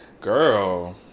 girl